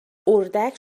اردک